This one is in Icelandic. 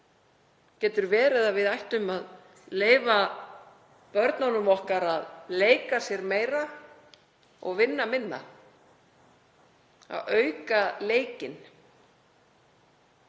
Getur verið að við ættum að leyfa börnunum okkar að leika sér meira og vinna minna, auka leikinn